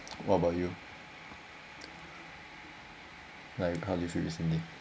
what about you like how do you feel recently